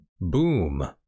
boom